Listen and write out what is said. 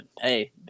hey